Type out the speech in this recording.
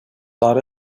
thought